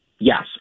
Yes